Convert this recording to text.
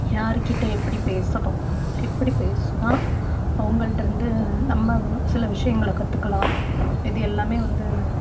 யாருக்கிட்டே எப்படி பேசணும் எப்படி பேசுனால் அவங்கள்ட்டருந்து நம்ம சில விஷயங்கள கற்றுக்கலாம் இது எல்லாம் வந்து